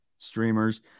streamers